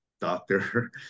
doctor